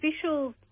officials